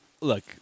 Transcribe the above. look